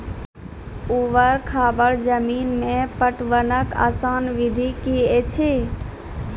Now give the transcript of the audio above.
ऊवर खाबड़ जमीन मे पटवनक आसान विधि की ऐछि?